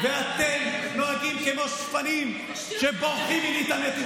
אתם נוהגים כמו שפנים שבורחים מלהתעמת עם